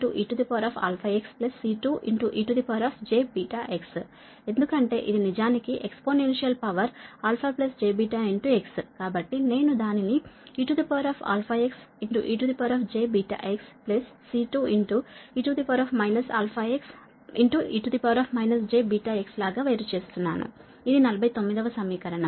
V C1 eαxC2ejβx ఎందుకంటే ఇది నిజానికి ఎక్స్పోనెన్షియల్ పవర్ αjβx కాబట్టి నేను దానిని eαxejβx C2e αxe jβx లాగా వేరు చేస్తున్నాను ఇది 49 వ సమీకరణం